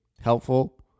helpful